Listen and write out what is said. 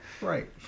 Right